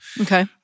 Okay